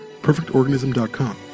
perfectorganism.com